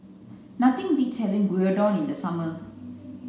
nothing beats having Gyudon in the summer